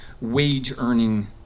wage-earning